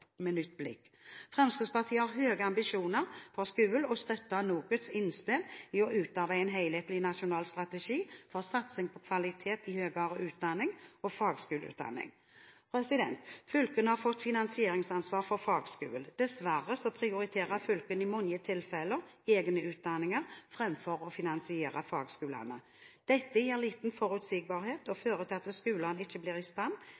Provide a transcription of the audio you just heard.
med nytt blikk. Fremskrittspartiet har høye ambisjoner for skolen og støtter NOKUTs innspill om å utarbeide en helhetlig nasjonal strategi for satsing på kvalitet i høyere utdanning og i fagskoleutdanning. Fylkene har fått finansieringsansvar for fagskolene. Dessverre prioriterer fylkene i mange tilfeller egne utdanninger framfor å finansiere fagskolene. Dette gir liten forutsigbarhet og fører til at skolene ikke blir i